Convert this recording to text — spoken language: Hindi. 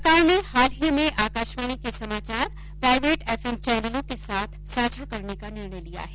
सरकार ने हाल ही में आकाशवाणी के समाचार प्राइवेट एफएम चैनलों के साथ साझा करने का निर्णय लिया है